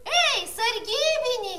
ei sargybini